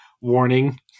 warning